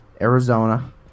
Arizona